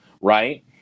right